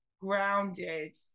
grounded